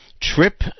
trip